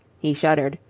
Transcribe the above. he shuddered.